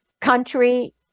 country